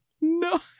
No